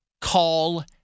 Call